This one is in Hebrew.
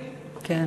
כן.